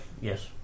yes